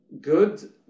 good